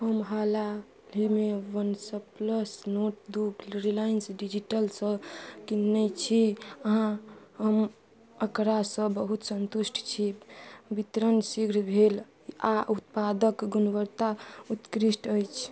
हम हालहिमे वनसे प्लस नोर्ड दुइ रिलायन्स डिजिटलसे किनने छी अहाँ हम एकरासे बहुत सन्तुष्ट छी वितरण शीघ्र भेल आओर उत्पादके गुणवत्ता उत्कृष्ट अछि